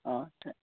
অঁ